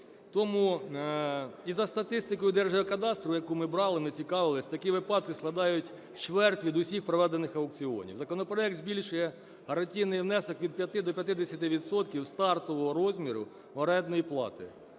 Тому і за статистикою Держгеокадастру, яку ми брали, ми цікавились, такі випадки складають чверть від усіх проведених аукціонів. Законопроект збільшує гарантійний внесок від 5 до 50 відсотків стартового розміру орендної плати.